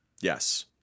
Yes